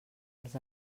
els